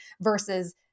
versus